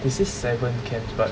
they say seven camps but